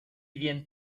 bien